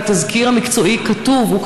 והתזכיר המקצועי כתוב,